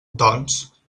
doncs